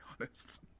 honest